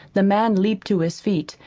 the man leaped to his feet,